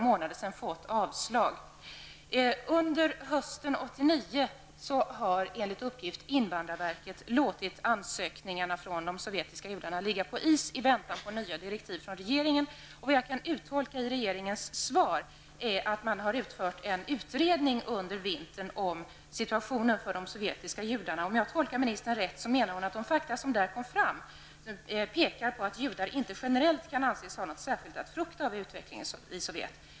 Under hösten 1989 lät enligt uppgift invandrarverket ansökningarna från de sovjetiska judarna ligga på is i väntan på nya direktiv från regeringen. Jag tolkar interpellationssvaret så att man under vintern gjorde en utredning om de sovjetiska judarnas situation. Om jag fattar invandrarministern rätt menar hon att de fakta som därvid kom fram pekar på att judar inte generellt kan anses ha något särskilt att frukta på grund av utvecklingen i Sovjet.